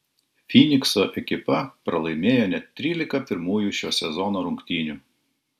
fynikso ekipa pralaimėjo net trylika pirmųjų šio sezono rungtynių